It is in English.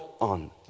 on